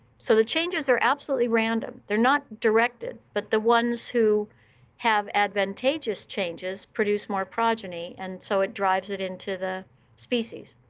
so the changes are absolutely random. they're not directed. but the ones who have advantageous changes produce more progeny, and so it drives it into the species.